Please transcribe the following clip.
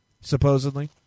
supposedly